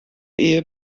ehe